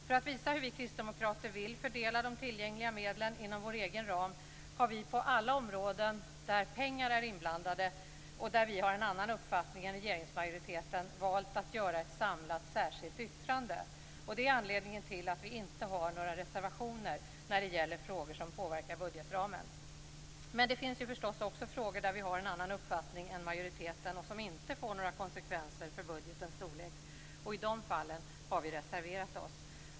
För att visa hur vi kristdemokrater vill fördela de tillgängliga medlen inom vår egen ram har vi på alla områden där pengar är inblandade och där vi har en annan uppfattning än regeringsmajoriteten valt att göra ett samlat särskilt yttrande. Det är anledningen till att vi inte har några reservationer när det gäller frågor som påverkar budgetramen. Men det finns ju förstås också frågor där vi har en annan uppfattning än majoriteten som inte får några konsekvenser för budgetens storlek, och i de fallen har vi reserverat oss.